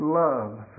love